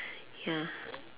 ya